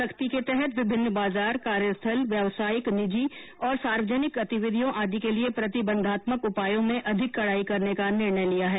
सख्ती के तहत विभिन्न बाजार कार्यस्थल व्यावसायिक निजी और सार्वजनिक गतिविधियों आदि के लिए प्रतिबंधात्मक उपायों में अधिक कडाई करने का निर्णय लिया है